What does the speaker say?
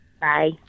Bye